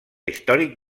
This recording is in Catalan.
històric